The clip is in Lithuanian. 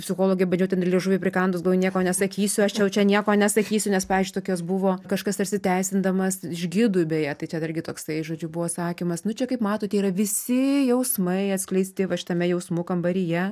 psichologė bandžiau ten ir liežuvį prikandus gal nieko nesakysiu aš jau čia nieko nesakysiu nes pavyzdžiui tokios buvo kažkas tarsi teisindamas iš gidų beje tai čia dargi toksai žodžiu buvo sakymas nu čia kaip matote yra visi jausmai atskleisti va šitame jausmų kambaryje